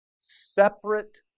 separate